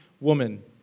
woman